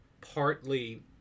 partly